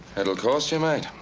it'll cost you, mate.